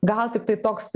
gal tiktai toks